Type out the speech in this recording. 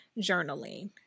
journaling